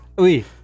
Oui